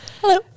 Hello